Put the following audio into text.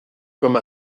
comme